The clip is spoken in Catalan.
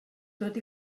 tot